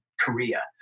Korea